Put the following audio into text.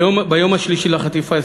ביום השלישי לחטיפה,